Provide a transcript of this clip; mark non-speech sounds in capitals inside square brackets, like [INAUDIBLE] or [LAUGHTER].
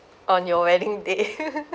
on your wedding day [LAUGHS]